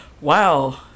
wow